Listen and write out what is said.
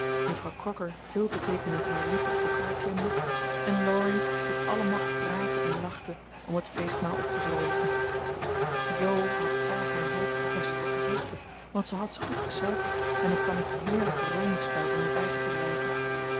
juffrouw crocker veelbeteekenend haar lippen op elkaar klemde en laurie uit alle macht praatte en lachte om het feestmaal op te vroolijken jo had al haar hoop gevestigd op de vruchten want zij had ze goed gesuikerd en een kannetje heerlijken room besteld om er bij te gebruiken